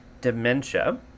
dementia